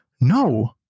no